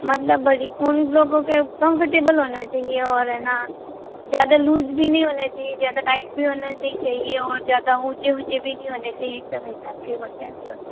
मतलब बड़ी उन लोगों के कम्फर्टेबल होना चाहिए और है ना ज़्यादा लूज़ भी नहीं होना चाहिए ज़्यादा टाइट भी होना नहीं चाहिए और ज़्यादा ऊँचे ऊँचे भी नहीं होने चाहिए एक दम हिसाब के बस ऐसे होने चाहिए